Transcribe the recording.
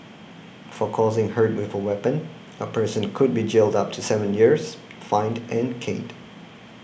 for causing hurt with a weapon a person could be jailed up to seven years fined and caned